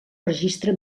registre